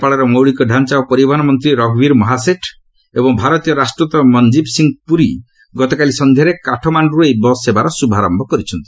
ନେପାଳର ମୌଳିକ ଡ଼ାଞ୍ଚା ଓ ପରିବହନ ମନ୍ତ୍ରୀ ରଘୁବୀର ମହାସେଠ୍ ଏବଂ ଭାରତୀୟ ରାଷ୍ଟ୍ରଦୂତ ମନ୍ଜିବ ସିଂହ ପୁରୀ ଗତକାଲି ସଂଧ୍ୟାରେ କାଠମାଶ୍ଚୁରୁ ଏହି ବସ୍ ସେବାର ଶୁଭାରମ୍ଭ କରିଛନ୍ତି